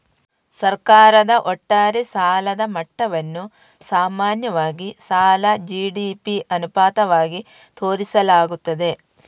ಸರ್ಕಾರದ ಒಟ್ಟಾರೆ ಸಾಲದ ಮಟ್ಟವನ್ನು ಸಾಮಾನ್ಯವಾಗಿ ಸಾಲ ಜಿ.ಡಿ.ಪಿ ಅನುಪಾತವಾಗಿ ತೋರಿಸಲಾಗುತ್ತದೆ